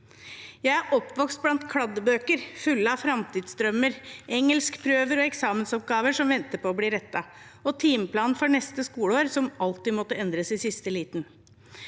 Jeg er oppvokst blant kladdebøker fulle av framtidsdrømmer, engelskprøver og eksamensoppgaver som ventet på å bli rettet, og timeplaner for neste skoleår som alltid måtte endres i siste liten.